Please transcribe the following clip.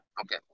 okay